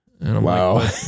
Wow